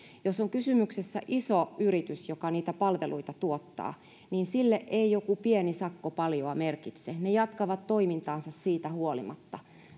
jos on kysymyksessä iso yritys joka niitä palveluita tuottaa sille ei joku pieni sakko paljoa merkitse se jatkaa toimintaansa siitä huolimatta